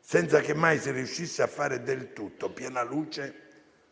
senza che mai si riuscisse a fare del tutto piena luce